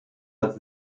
als